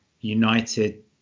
United